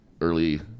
Early